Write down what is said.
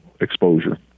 exposure